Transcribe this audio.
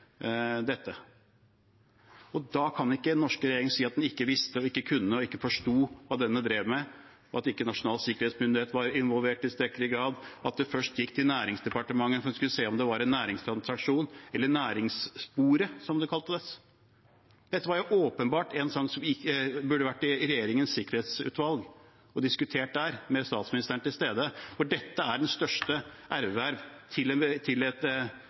dette. Da kan ikke den norske regjering si at den ikke visste og ikke kunne og ikke forsto hva disse drev med, at ikke Nasjonal sikkerhetsmyndighet var involvert i tilstrekkelig grad, at det først gikk til Næringsdepartementet, som skulle se om det var en næringstransaksjon – eller næringssporet, som det kaltes. Dette var åpenbart en sak som burde vært i regjeringens sikkerhetsutvalg og diskutert der, med statsministeren til stede, for dette er det største erverv til et land utenfor NATO vi